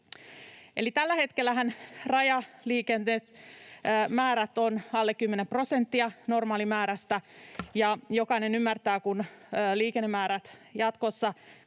tällä hetkellähän rajaliikennemäärät ovat alle 10 prosenttia normaalimäärästä, ja jokainen ymmärtää, että kun liikennemäärät jatkossa kasvavat,